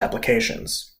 applications